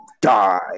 die